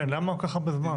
כן, למה כל כך הרבה זמן?